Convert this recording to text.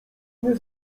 nie